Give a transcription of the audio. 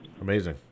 amazing